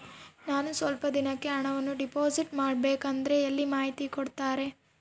ನಾನು ಸ್ವಲ್ಪ ದಿನಕ್ಕೆ ಹಣವನ್ನು ಡಿಪಾಸಿಟ್ ಮಾಡಬೇಕಂದ್ರೆ ಎಲ್ಲಿ ಮಾಹಿತಿ ಕೊಡ್ತಾರೆ?